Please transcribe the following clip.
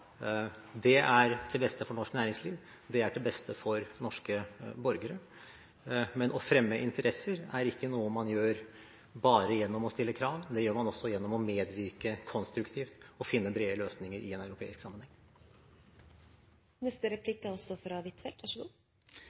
Det er til beste for norsk næringsliv, og det er til beste for norske borgere. Men å fremme interesser er ikke noe man gjør bare gjennom å stille krav, det gjør man også gjennom å medvirke konstruktivt og finne brede løsninger i en europeisk sammenheng. Jeg er enig i at vi skal påvirke EU-samarbeidet så